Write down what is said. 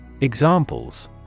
Examples